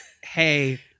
Hey